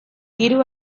hiru